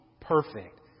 perfect